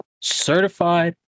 Certified